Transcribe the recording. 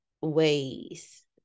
ways